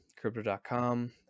Crypto.com